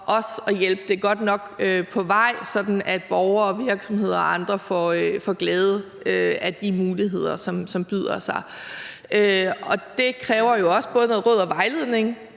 også at hjælpe det godt nok på vej, sådan at borgere, virksomheder og andre får glæde af de muligheder, som byder sig, og det kræver jo også noget råd og vejledning,